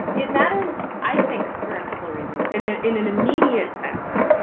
it matters, i think, for a couple of reasons. in ah in an immediate sense,